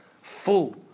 Full